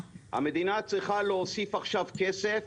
המדינה צריכה להוסיף עכשיו כסף,